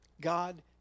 God